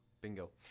bingo